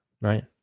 Right